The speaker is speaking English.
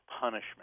punishment